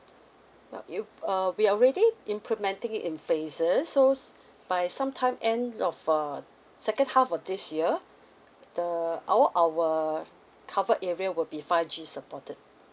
now you uh we already implementing it in phases so by sometime end of uh second half of this year the all our covered area will be five G supported